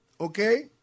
Okay